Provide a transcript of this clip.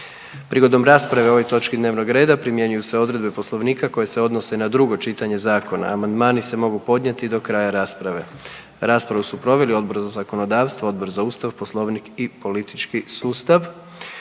Prigodom rasprave o ovoj točki dnevnog reda primjenjuju se odredbe Poslovnika koje se odnose na drugo čitanje zakona. Amandmani se mogu podnijeti do kraja rasprave. Raspravu su proveli Odbor za zakonodavstvo, Odbor za ustav, Poslovnik i politički sustav.